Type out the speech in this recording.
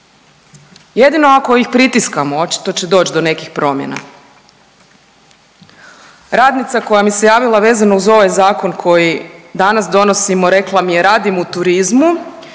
Jedino ako ih pritiskamo očito će doći do nekih promjena. Radnica koja mi se javila vezano uz ovaj zakon koji danas donosimo rekla mi je radim u turizmu